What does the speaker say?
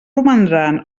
romandran